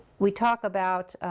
we talk about